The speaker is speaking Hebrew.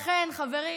לכן, חברים,